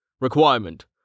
Requirement